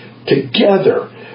Together